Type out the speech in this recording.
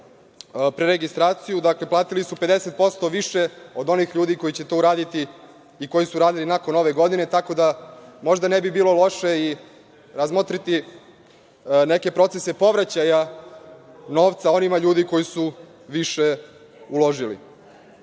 platili su 50% više od onih ljudi koji će to uraditi i koji su uradili nakon nove godine. Tako da, možda ne bi bilo loše i razmotriti neke procese povraćaja novca onim ljudima koji su više uložili. Takođe,